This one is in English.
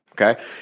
Okay